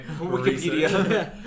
Wikipedia